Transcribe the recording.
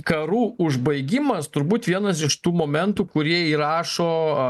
karų užbaigimas turbūt vienas iš tų momentų kurie įrašo